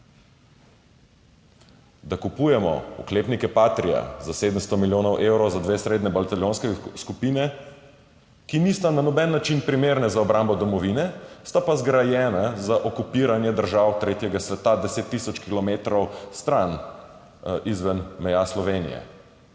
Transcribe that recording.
Da kupujemo oklepnike Patria za 700 milijonov evrov za dve srednji bataljonski skupini, ki nista na noben način primerni za obrambo domovine, sta pa zgrajeni za okupiranje držav tretjega sveta 10 tisoč kilometrov stran, izven meja Slovenije,